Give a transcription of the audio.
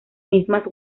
mismas